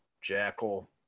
Jackal